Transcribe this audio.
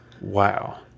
Wow